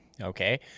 okay